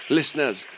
listeners